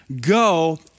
go